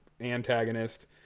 antagonist